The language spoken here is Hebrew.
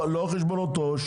לא חשבונות עו"ש,